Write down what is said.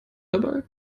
dabei